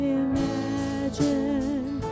imagine